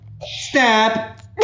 Step